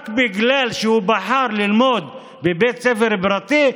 רק בגלל שהוא בחר ללמוד בבית ספר פרטי,